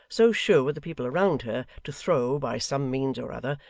so sure were the people around her to throw, by some means or other,